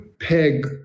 peg